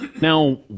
Now